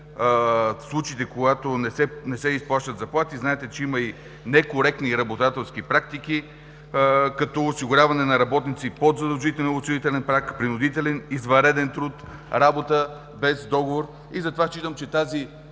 случаите, когато не се изплащат заплати, знаете, че има и некоректни работодателски практики, като осигуряване на работници под задължителен осигурителен праг, принудителен извънреден труд, работа без договор. Затова считам, че в тази